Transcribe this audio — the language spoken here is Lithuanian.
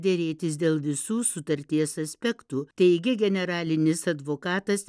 derėtis dėl visų sutarties aspektų teigė generalinis advokatas